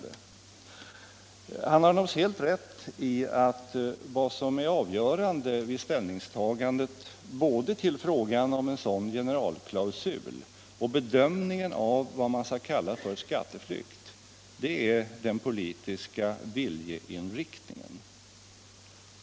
Herr Wärnberg har naturligtvis helt rätt i att det avgörande vid ställningstagandet till både frågan om en generalklausul och bedömningen av vad man skall kalla för skatteflykt är den politiska viljeinriktningen.